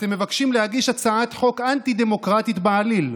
אתם מבקשים להגיש הצעת חוק אנטי-דמוקרטית בעליל,